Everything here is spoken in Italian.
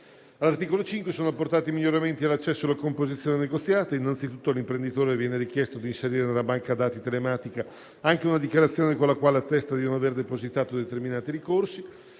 All'articolo 5 sono portati miglioramenti all'accesso alla composizione negoziata; innanzitutto all'imprenditore viene richiesto di inserire nella banca dati telematica anche una dichiarazione con la quale attesta di non aver depositato determinati ricorsi.